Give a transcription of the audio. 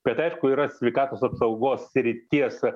bet aišku yra sveikatos apsaugos srities